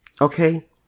Okay